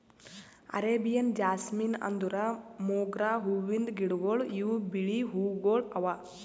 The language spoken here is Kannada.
ಅರೇಬಿಯನ್ ಜಾಸ್ಮಿನ್ ಅಂದುರ್ ಮೊಗ್ರಾ ಹೂವಿಂದ್ ಗಿಡಗೊಳ್ ಇವು ಬಿಳಿ ಹೂವುಗೊಳ್ ಅವಾ